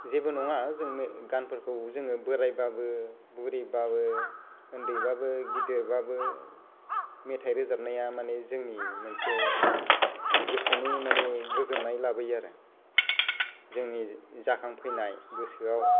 जेबो नङा जों गानफोफ्रखौ जोङो बोरायबाबो बुरिबाबो आन्दैबाबो गिदिरबाबो मेथाइ रोजाबनाया माने जोंनि मोनसे गोसोनि माने गोजोननाय लाबोयो आरो जोंनि जाखांफैनाय गोसोआव